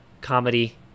comedy